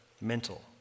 mental